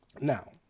Now